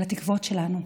על התקוות שלנו.